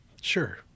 Sure